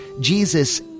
Jesus